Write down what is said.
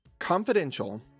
Confidential